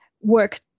work